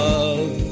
Love